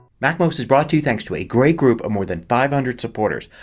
macmost is brought to you thanks to a great group of more than five hundred supporters.